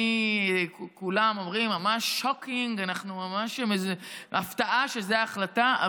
כולם אומרים: ממש שוקינג, הפתעה שזו ההחלטה.